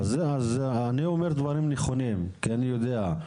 אני אומר דברים נכונים כי אני יודע.